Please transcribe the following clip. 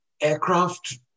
aircraft